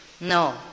No